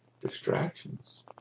distractions